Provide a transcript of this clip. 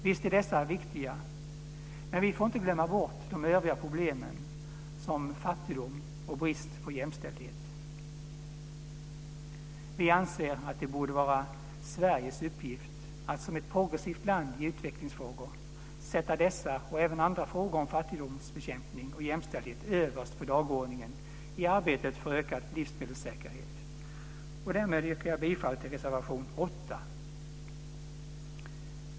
Visst är dessa viktiga, men vi får inte glömma bort de övriga problemen såsom fattigdom och brist på jämställdhet. Vi anser att det borde vara Sveriges uppgift att som ett progressivt land i utvecklingsfrågor sätta dessa och även andra frågor om fattigdomsbekämpning och jämställdhet överst på dagordningen i arbetet för ökad livsmedelssäkerhet. Därmed yrkar jag bifall till reservation 8.